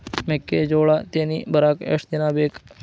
ಮೆಕ್ಕೆಜೋಳಾ ತೆನಿ ಬರಾಕ್ ಎಷ್ಟ ದಿನ ಬೇಕ್?